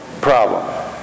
problem